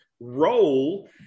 role